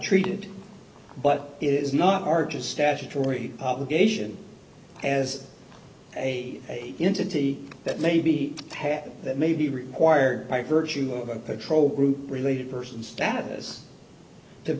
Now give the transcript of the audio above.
treated but it is not large a statutory obligation as a entity that may be that may be required by virtue of a patrol group related person status to